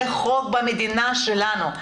זה חוק במדינה שלנו.